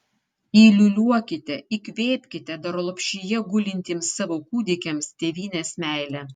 įliūliuokite įkvėpkite dar lopšyje gulintiems savo kūdikiams tėvynės meilę